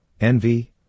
envy